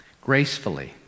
gracefully